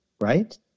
right